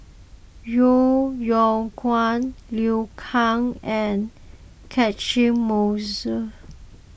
Yeo Yeow Kwang Liu Kang and Catchick Moses